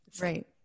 Right